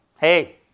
hey